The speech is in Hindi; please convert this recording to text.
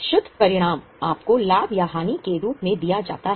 शुद्ध परिणाम आपको लाभ या हानि के रूप में दिया जाता है